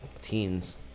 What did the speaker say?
teens